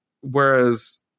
Whereas